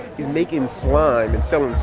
he's making slime and selling